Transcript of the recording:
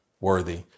worthy